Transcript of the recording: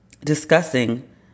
discussing